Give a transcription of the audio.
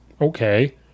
okay